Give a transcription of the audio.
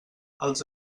els